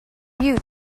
you